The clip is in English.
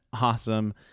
awesome